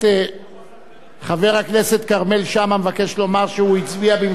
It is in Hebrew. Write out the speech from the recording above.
חבר הכנסת כרמל שאמה מבקש לומר שהוא הצביע במקומו של דני דנון.